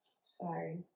Sorry